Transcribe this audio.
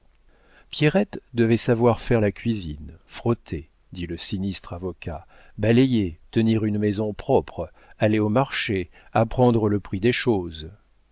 pierrette devait savoir faire la cuisine frotter dit le sinistre avocat balayer tenir une maison propre aller au marché apprendre le prix des choses